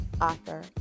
Author